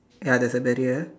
ya there is a barrier